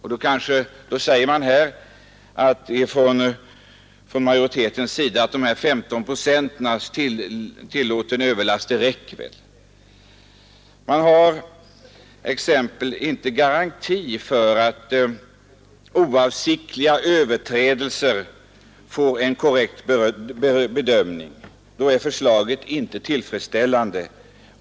Här säger utskottets majoritet att de 15 procenten i tillåten överlast räcker. Nej, det gör det inte. Vi har t.ex. ingen garanti för att oavsiktliga överträdelser får en korrekt bedömning, och då är förslaget inte tillfredsställande.